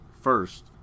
first